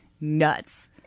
nuts